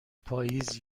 پاییز